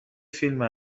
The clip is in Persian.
فیلمی